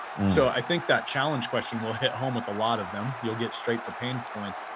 so, i think that challenge question will hit home with a lot of them. you'll get straight to pain points.